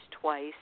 twice